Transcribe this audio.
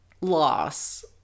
Loss